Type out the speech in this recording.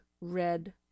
red